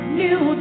new